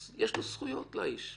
אז יש זכויות לאיש.